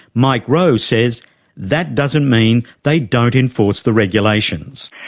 mike rowe, says that doesn't mean they don't enforce the regulations.